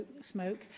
smoke